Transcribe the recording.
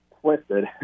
twisted